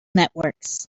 networks